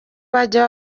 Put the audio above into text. bajya